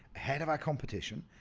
ahead of our competition,